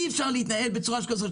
אי אפשר להתנהל בצורה כזאת,